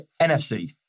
NFC